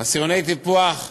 עשירוני טיפוח 8,